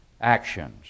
actions